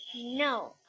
No